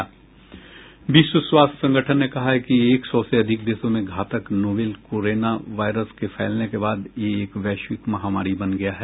विश्व स्वास्थ्य संगठन ने कहा है कि सौ से अधिक देशों में घातक नोवेल कोरोना वायरस के फैलने के बाद ये एक वैश्विक महामारी बन गया है